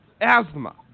asthma